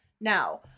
Now